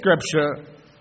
Scripture